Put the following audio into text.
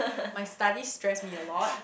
my studies stress me a lot